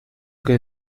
que